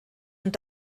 und